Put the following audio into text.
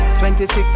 26